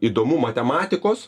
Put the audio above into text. įdomu matematikos